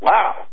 Wow